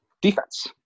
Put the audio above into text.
defense